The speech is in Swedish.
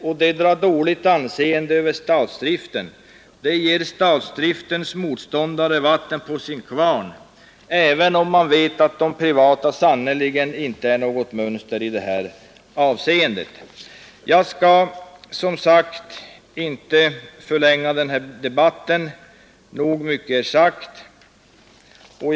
Det ger statsdriften dåligt anseende, och statsdriftens motståndare får vatten på sin kvarn, även om man vet att de privata företagen sannerligen inte är något mönster i detta avseende. Jag skall som sagt inte förlänga debatten; nog mycket är redan sagt.